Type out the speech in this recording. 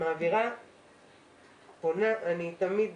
אני תמיד